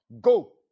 go